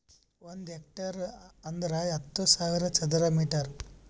ಒಂದ್ ಹೆಕ್ಟೇರ್ ಅಂದರ ಹತ್ತು ಸಾವಿರ ಚದರ ಮೀಟರ್